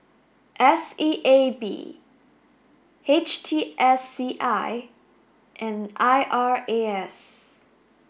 S E A B H T S C I and I R A S